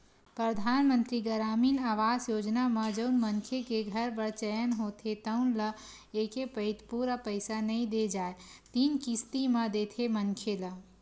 परधानमंतरी गरामीन आवास योजना म जउन मनखे के घर बर चयन होथे तउन ल एके पइत पूरा पइसा ल नइ दे जाए तीन किस्ती म देथे मनखे ल